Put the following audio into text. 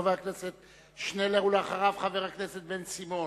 חבר הכנסת שנלר, ואחריו, חבר הכנסת בן-סימון.